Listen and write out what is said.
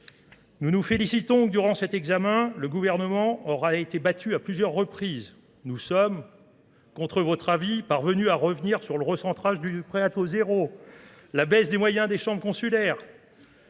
Nous nous félicitons que, durant cet examen, le gouvernement aura été battu à plusieurs reprises. Nous sommes, contre votre avis, parvenus à revenir sur le recentrage du préto 0, la baisse des moyens des chambres consulaires.